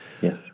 Yes